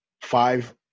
five